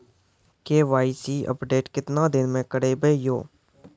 KYC update केतना दिन मे करेबे यो?